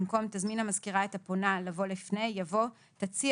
במקום "תזמין המזכירה את הפונה לבוא לפני" יבוא "תציע